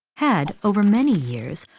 had, over many years,